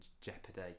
jeopardy